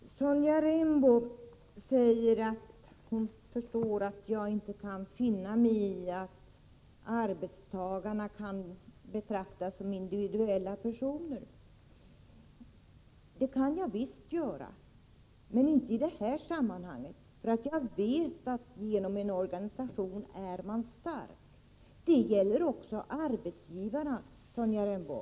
Herr talman! Till Lars-Ove Hagberg vill jag än en gång säga att det beslut som är fattat på den socialdemokratiska kongressen är för oss socialdemokrater förpliktande. Där står det klart och tydligt att det första steget på väg mot en kortare arbetsdag bör kunna tas under 1980-talet. Sonja Rembo säger att hon förstår att jag inte kan finna mig i att arbetstagarna kan betraktas som individer. Det kan jag visst göra, men inte i det här sammanhanget, för jag vet att man är stark genom en organisation. Det gäller också arbetsgivarna, Sonja Rembo.